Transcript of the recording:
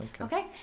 Okay